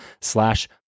slash